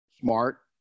smart